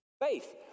Faith